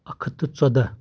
اَکھ ہَتھ تہٕ ژۄداہ